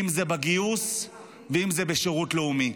אם זה בגיוס ואם זה בשירות לאומי.